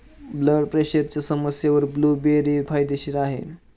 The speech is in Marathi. ब्लड प्रेशरच्या समस्येवर ब्लूबेरी फायदेशीर आहे